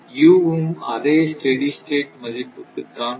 U வும் அதே steady state மதிப்புக்குத் தான் வரும்